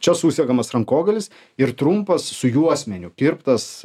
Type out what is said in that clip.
čia susegamas rankogalis ir trumpas su juosmeniu kirptas